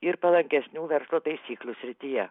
ir palankesnių verslo taisyklių srityje